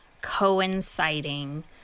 coinciding